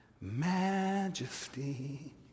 Majesty